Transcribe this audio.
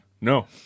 no